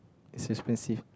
it's expensive